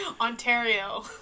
Ontario